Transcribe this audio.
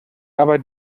aber